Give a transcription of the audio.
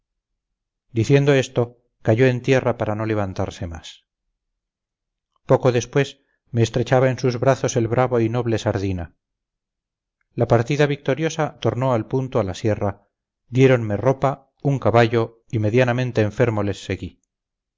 diciendo esto cayó en tierra para no levantarse más poco después me estrechaba en sus brazos el bravo y noble sardina la partida victoriosa tornó al punto a la sierra diéronme ropa un caballo y medianamente enfermo les seguí